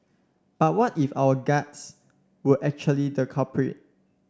but what if our guts were actually the culprit